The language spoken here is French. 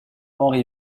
henri